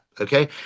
okay